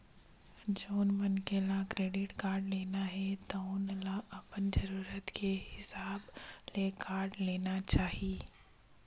जउन मनखे ल क्रेडिट कारड लेना हे तउन ल अपन जरूरत के हिसाब ले कारड लेना चाही